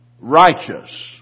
righteous